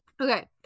okay